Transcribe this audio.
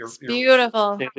Beautiful